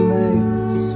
nights